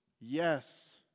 Yes